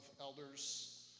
elders